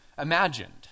imagined